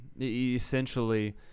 essentially